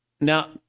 Now